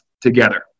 together